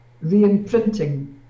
re-imprinting